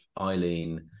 Eileen